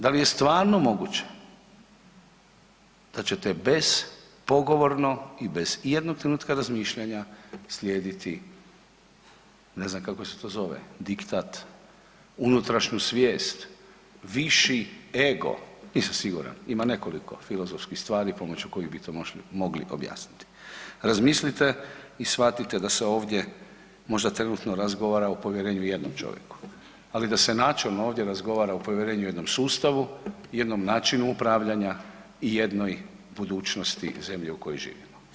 Da li je stvarno moguće da ćete bespogovorno i bez ijednog trenutka razmišljanja slijediti, ne znam kako se to zove, diktat, unutrašnju svijest, viši ego, nisam siguran, ima nekoliko filozofskih stvari pomoću kojih bi to mogli objasniti, razmislite i shvatite da se ovdje možda trenutno razgovara o povjerenju jednom čovjeku, ali da se načelno ovdje razgovara o povjerenju jednom sustavu i jednom načinu upravljanja i jednoj budućnosti zemlje u kojoj živimo.